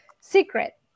secret